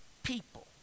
people